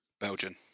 Belgian